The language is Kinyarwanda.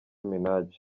minaj